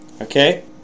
Okay